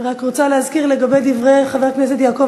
אני רק רוצה להזכיר לגבי דברי חבר הכנסת יעקב